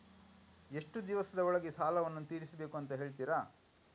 ಎಷ್ಟು ದಿವಸದ ಒಳಗೆ ಸಾಲವನ್ನು ತೀರಿಸ್ಬೇಕು ಅಂತ ಹೇಳ್ತಿರಾ?